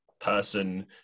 person